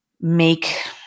make